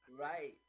Right